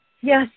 yes